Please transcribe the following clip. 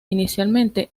inicialmente